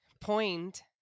point